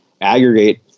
aggregate